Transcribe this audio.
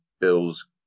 Bills